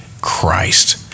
Christ